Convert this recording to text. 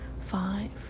five